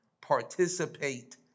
participate